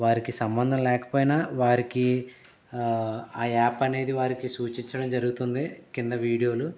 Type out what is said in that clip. వారికి సంబంధం లేకపోయినా వారికి ఆ యాప్ అనేది వారికి సూచించడం జరుగుతుంది కింద వీడియోలు